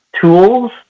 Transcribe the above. tools